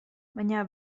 baina